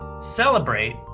celebrate